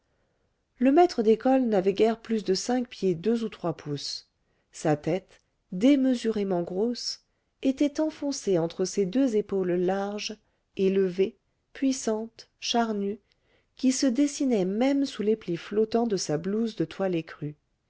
le maître d'école n'avait guère plus de cinq pieds deux ou trois pouces sa tête démesurément grosse était enfoncée entre ses deux épaules larges élevées puissantes charnues qui se dessinaient même sous les plis flottants de sa blouse de toile écrue